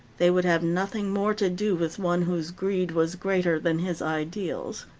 they would have nothing more to do with one whose greed was greater than his ideals.